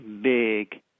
big